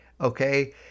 okay